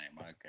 Okay